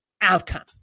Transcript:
outcome